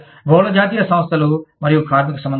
బహుళ జాతీయ సంస్థలు మరియు కార్మిక సంబంధాలు